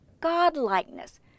God-likeness